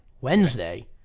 Wednesday